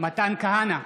מתן כהנא,